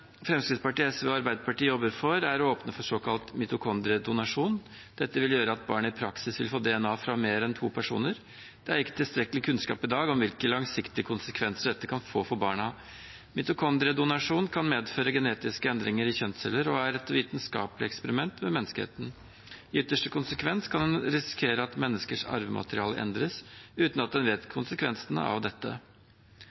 Fremskrittspartiet, SV og Arbeiderpartiet jobber for, er å åpne for såkalt mitokondriedonasjon. Dette vil gjøre at barnet i praksis vil få DNA fra mer enn to personer. Det er ikke tilstrekkelig kunnskap i dag om hvilke langsiktige konsekvenser dette kan få for barna. Mitokondriedonasjon kan medføre genetiske endringer i kjønnsceller og er et vitenskapelig eksperiment med menneskeheten. I ytterste konsekvens kan man risikere at menneskers arvemateriale endres, uten at man vet